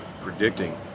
predicting